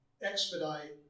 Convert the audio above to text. expedite